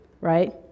right